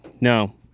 No